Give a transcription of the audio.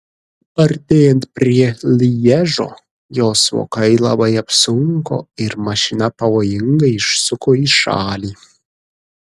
artėjant prie lježo jos vokai labai apsunko ir mašina pavojingai išsuko į šalį